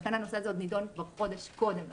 לכן הנושא הזה נידון חודש קודם לכן.